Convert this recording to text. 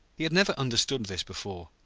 he had never understood this before.